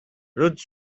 ruth